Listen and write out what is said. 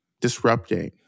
disrupting